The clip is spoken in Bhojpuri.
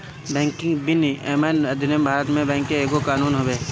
बैंकिंग विनियमन अधिनियम भारत में बैंक के एगो कानून हवे